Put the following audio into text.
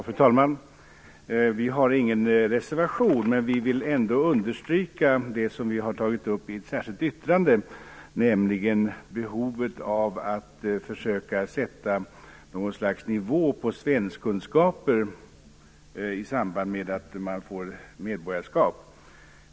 Fru talman! Vi har inte fogat någon reservation till betänkandet, men vi vill ändå understryka det som vi har tagit upp i ett särskilt yttrande, nämligen behovet av att försöka sätta något slags nivå på svenskkunskaper i samband med att man får svenskt medborgarskap.